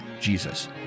Jesus